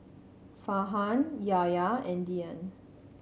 Farhan Yahya and Dian